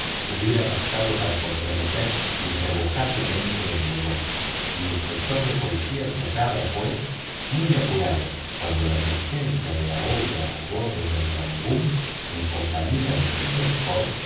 hubiera bastado para comprometer irrevocablemente el negocio el inspector de policía se hallaba pues muy apurado cuando la presencia de aouida a bordo del rangoon en compañía de phileas fogg